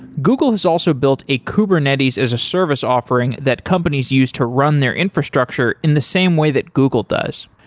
google has also built a kubernetes as a service offering that companies use to run their infrastructure in the same way that google does.